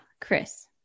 Chris